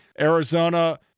Arizona